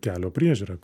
kelio priežiūra